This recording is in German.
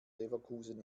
leverkusen